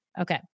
Okay